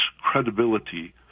credibility